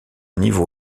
niveau